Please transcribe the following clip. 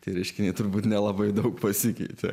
tie reiškiniai turbūt nelabai daug pasikeitė